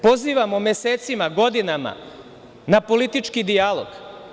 Pozivamo mesecima, godinama na politički dijalog.